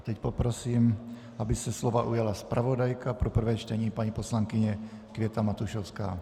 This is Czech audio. Teď poprosím, aby se slova ujala zpravodajka pro prvé čtení paní poslankyně Květa Matušovská.